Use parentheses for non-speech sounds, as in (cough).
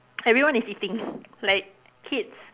everyone is eating (laughs) like kids